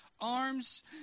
arms